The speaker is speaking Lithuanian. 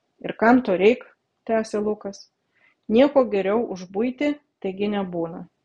ir kam to reik tęsė lukas nieko geriau už buitį taigi nebūna